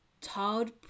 todd